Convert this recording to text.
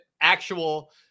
actual